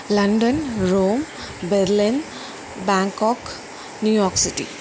London Rome Berlin Bangkok New York city